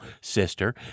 sister